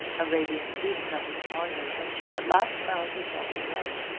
a radiant peace settled upon her when she at last found herself alone.